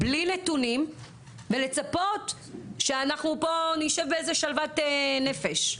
בלי נתונים ולצפות שאנחנו פה נשב באיזו שלוות נפש.